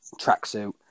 tracksuit